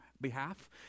behalf